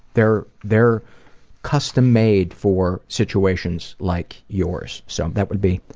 they're they're custom-made for situations like yours so that would be,